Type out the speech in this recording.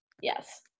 Yes